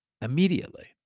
immediately